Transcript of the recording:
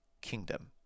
kingdom